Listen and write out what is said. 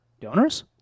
Donors